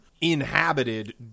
inhabited